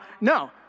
No